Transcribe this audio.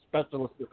specialist